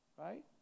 Right